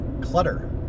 clutter